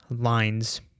lines